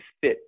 fit